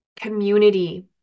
community